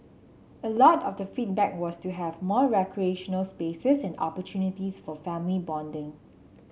a lot of the feedback was to have more recreational spaces and opportunities for family bonding